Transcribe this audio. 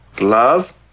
Love